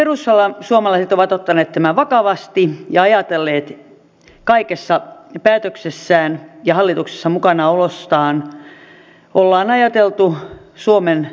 myös perussuomalaiset ovat ottaneet tämän vakavasti ja ajatelleet kaikessa päätöksessään ja hallituksessa mukanaolossaan suomen etua